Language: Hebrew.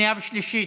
לשנייה ושלישית.